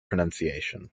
pronunciation